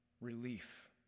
Relief